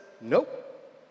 nope